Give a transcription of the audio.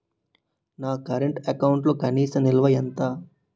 నా కరెంట్ అకౌంట్లో కనీస నిల్వ ఎంత?